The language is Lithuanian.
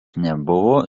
nebuvo